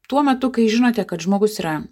tuo metu kai žinote kad žmogus yra